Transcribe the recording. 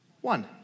One